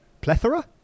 Plethora